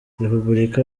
repubulika